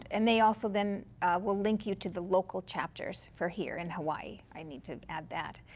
and they also then will link you to the local chapters for here in hawai'i. i need to add that.